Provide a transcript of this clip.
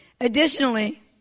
Additionally